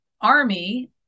Army